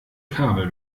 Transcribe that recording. kabel